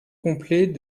complet